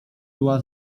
była